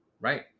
Right